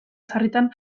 sarritan